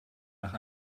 nach